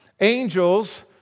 Angels